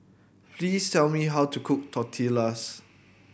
please tell me how to cook Tortillas